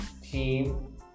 team